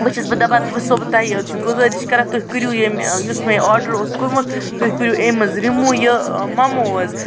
وۄنۍ چھَس بہٕ دَپان وۄنۍ چھَسو بہٕ تۄہہِ گُزٲرِش کران تُہۍ کریُو ییٚمۍ یُس مےٚ آرڈَر اوس کوٚرمُت تُہۍ کٔریُو اَمہِ منٛز رِموٗ یہِ مَموز